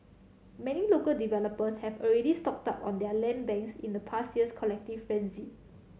many local developers have already stocked up on their land banks in the past year's collective frenzy